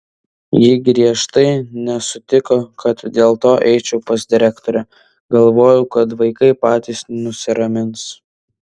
ji griežtai nesutiko kad dėl to eičiau pas direktorę galvojau kad vaikai patys nusiramins